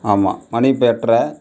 ஆமாம் மணி இப்போ எட்ரை